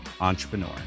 Entrepreneur